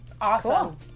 awesome